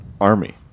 army